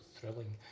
thrilling